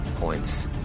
points